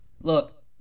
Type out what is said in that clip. look